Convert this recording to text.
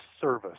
service